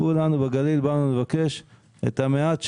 כולנו בגליל באנו לבקש את המעט שבמעט,